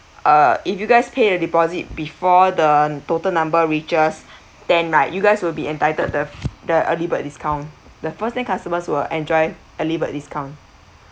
uh if so you guys are uh if you guys pay a deposit before the total number which is ten right you guys will be entitled the the early bird discount the first ten customers will enjoy early bird discount